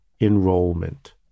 enrollment